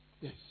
Yes